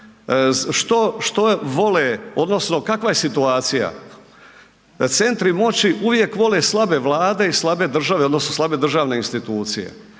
Što vole odnosno kakva je situacija? Da centri moći uvijek vole slabe vlade odnosno slabe države odnosno slabe državne institucije,